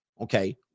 okay